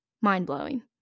Mind-blowing